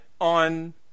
on